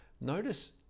Notice